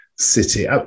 City